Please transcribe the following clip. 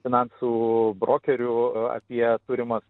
finansų brokerių apie turimas